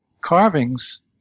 carvings